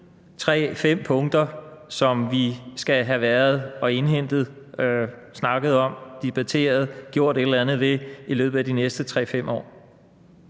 fem punkter, som vi skal have gennemgået, snakket om, debatteret, gjort et eller andet ved i løbet af de næste 3-5 år?